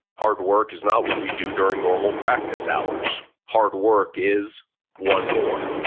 hard work is not what we do during normal practice hours. hard work is one more.